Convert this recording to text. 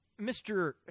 Mr